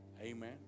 Amen